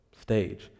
stage